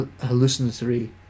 hallucinatory